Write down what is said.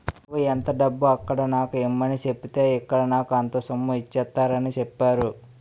నువ్వు ఎంత డబ్బు అక్కడ నాకు ఇమ్మని సెప్పితే ఇక్కడ నాకు అంత సొమ్ము ఇచ్చేత్తారని చెప్పేరు